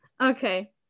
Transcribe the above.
Okay